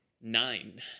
nine